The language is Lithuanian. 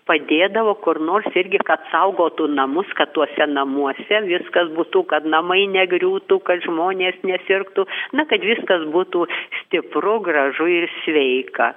padėdavo kur nors irgi kad saugotų namus kad tuose namuose viskas būtų kad namai negriūtų kad žmonės nesirgtų na kad viskas būtų stipru gražu ir sveika